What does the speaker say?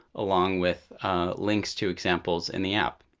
along with links to examples in the app.